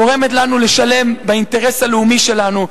גורמת לנו לשלם באינטרס הלאומי שלנו.